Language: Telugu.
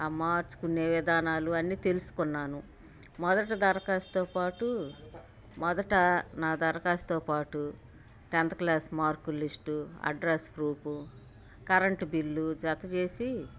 ఆ మార్చుకునే విధానాలు అన్నీ తెలుసుకున్నాను మొదట ధరఖాస్తుతో పాటు మొదట నా ధరఖాస్తుతో పాటు టెన్త్ క్లాస్ మార్కుల list address proof current bill జతచేసి